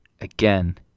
again